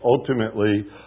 ultimately